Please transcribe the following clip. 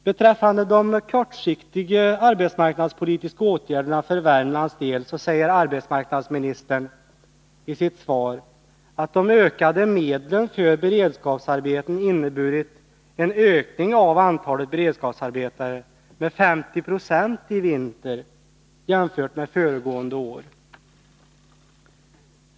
Beträffande de kortsiktiga arbetsmarknadspolitiska åtgärderna för Värmlands del säger arbetsmarknadsministern i sitt svar att de ökade medlen för beredskapsarbeten inneburit en ökning av antalet beredskapsarbetare med 50 Yo i vinter jämfört med antalet föregående år.